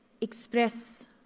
express